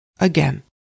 again